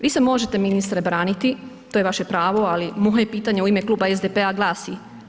Vi se možete ministre braniti, to je vaše pravo, ali moje pitanje u ime kluba SDP-a glasi.